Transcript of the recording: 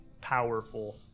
powerful